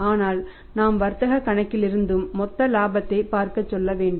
ஆனால் நாம் வர்த்தக கணக்கிலிருந்தும் மொத்த இலாபத்தைப் பார்க்க சொல்ல வேண்டும்